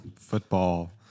football